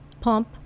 pump